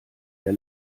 der